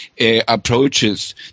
approaches